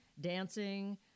dancing